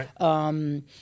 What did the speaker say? Right